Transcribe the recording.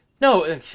no